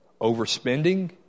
overspending